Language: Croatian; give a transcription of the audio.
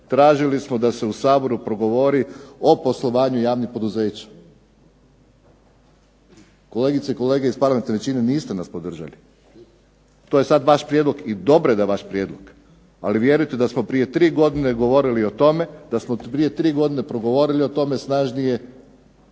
tražili smo da se u Saboru progovori o poslovanju javnih poduzeća. Kolegice i kolege iz parlamentarne većine niste nas podržali. To je sada vaš prijedlog i dobro je da je vaš prijedlog ali vjerujte da smo prije tri godine govorili o tome snažnije, da bi jedan značajan dio,